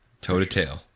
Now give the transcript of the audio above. Toe-to-tail